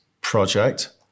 project